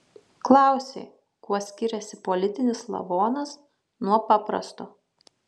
klausei kuo skiriasi politinis lavonas nuo paprasto